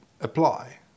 apply